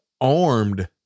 armed